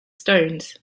stones